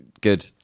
Good